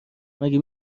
مگه